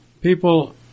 people